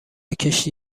کشتی